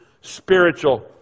spiritual